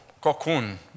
cocoon